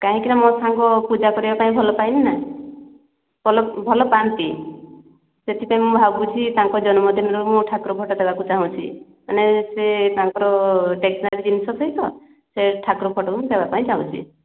କାହିଁକି ନା ମୋ ସାଙ୍ଗ ପୂଜା କରିବା ପାଇଁ ଭଲ ପାଇନିନା ଭଲ ଭଲ ପାଆନ୍ତି ସେଥିପାଇଁ ମୁଁ ଭାବୁଛି ତାଙ୍କ ଜନ୍ମଦିନରେ ମୁଁ ଠାକୁର ଫଟୋ ଦେବାକୁ ଚାହୁଁଛି ମାନେ ସିଏ ତାଙ୍କର ଷ୍ଟେସନାରୀ ଜିନଷ ସହିତ ସେ ଠାକୁର ଫଟୋ ମୁଁ ଦେବାପାଇଁ ବି ଚାହୁଁଛି